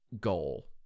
goal